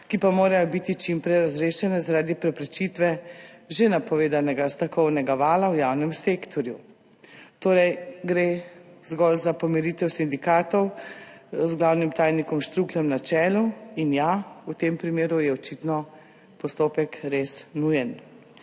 ki pa morajo biti čim prej razrešene zaradi preprečitve že napovedanega stavkovnega vala v javnem sektorju«. Torej gre zgolj za pomiritev sindikatov z glavnim tajnikom Štrukljem na čelu. In ja, v tem primeru je očitno postopek 23.